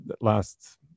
last